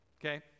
okay